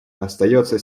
остается